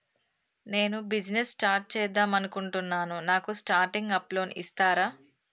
నేను business start చేద్దామనుకుంటున్నాను నాకు స్టార్టింగ్ అప్ లోన్ ఇస్తారా?